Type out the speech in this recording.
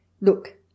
look